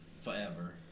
forever